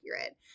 accurate